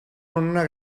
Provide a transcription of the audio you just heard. una